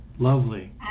Lovely